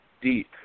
deep